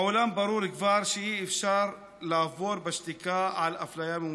בעולם כבר ברור שאי-אפשר לעבור בשתיקה על אפליה ממוסדת.